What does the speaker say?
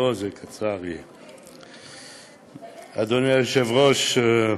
אדוני היושב-ראש,